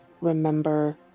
remember